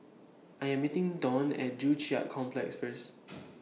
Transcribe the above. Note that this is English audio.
I'm meeting Don At Joo Chiat Complex First